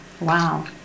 Wow